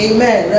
Amen